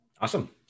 Awesome